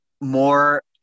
more